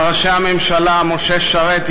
על ראשי הממשלה משה שרת,